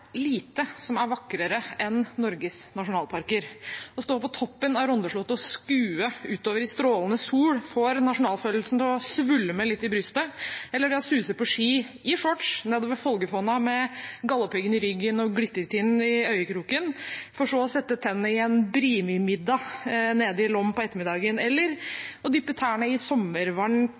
lite som er vakrere enn Norges nasjonalparker. Å stå på toppen av Rondslottet og skue utover i strålende sol, får nasjonalfølelsen til å svulme litt i brystet, eller det å suse nedover Folgefonna på ski, i shorts, med Galdhøpiggen i ryggen og Glittertind i øyekroken for så å sette tennene i en Brimi-middag nede i Lom på ettermiddagen, eller å dyppe tærne i sommervarm sjø på Verdens Ende og